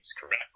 correctly